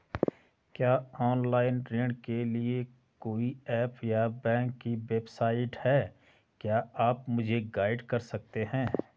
क्या ऑनलाइन ऋण के लिए कोई ऐप या बैंक की वेबसाइट है क्या आप मुझे गाइड कर सकते हैं?